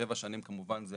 שבע שנים כמובן זה